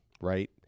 right